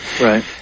Right